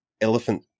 elephant